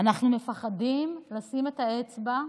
אנחנו מפחדים לשים את האצבע.